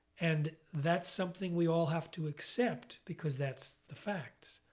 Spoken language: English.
and that's something we all have to accept because that's the facts.